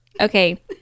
Okay